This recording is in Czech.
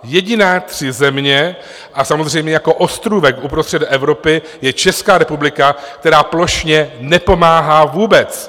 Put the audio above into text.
Jediné tři země a samozřejmě jako ostrůvek uprostřed Evropy je Česká republika, která plošně nepomáhá vůbec.